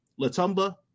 Latumba